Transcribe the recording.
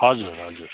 हजुर हजुर